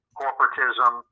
corporatism